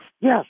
Yes